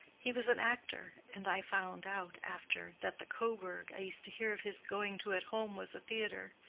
he was an actor and i found out, after, that the coburg i used to hear of his going to at home was a theatre.